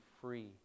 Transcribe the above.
free